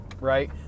right